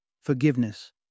forgiveness